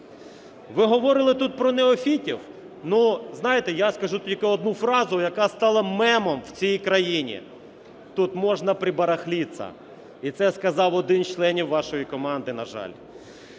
Ви говорили тут про неофітів. Знаєте, я скажу тільки одну фразу, яка стала мемом в цій країні: тут можно прибарахлиться. І це сказав один із членів вашої команди, на жаль.